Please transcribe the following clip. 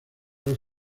los